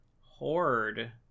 horde